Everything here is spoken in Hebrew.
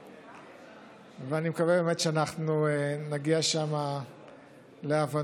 אני מקווה באמת שאנחנו נגיע שם להבנות.